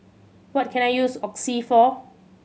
what can I use Oxy for